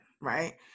right